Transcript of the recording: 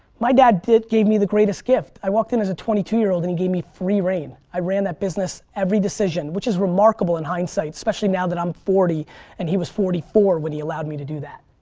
my dad gave me the greatest gift, i walked in as a twenty two year old and he gave me free reign. i ran that business, every decision, which is remarkable in hindsight, especially now that i'm forty and he was forty forty four when he allowed me to do that.